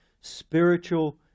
spiritual